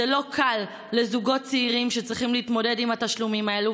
לא קל לזוגות צעירים שצריכים להתמודד עם התשלומים האלה.